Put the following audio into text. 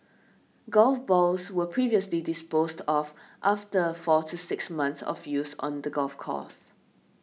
golf balls were previously disposed of after four to six months of use on the golf course